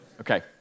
Okay